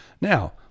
Now